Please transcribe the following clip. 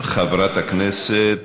חבר הכנסת